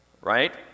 right